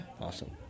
Awesome